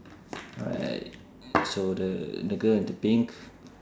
alright so the the girl with the pink